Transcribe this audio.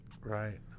Right